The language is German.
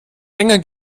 enger